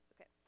Okay